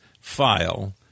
file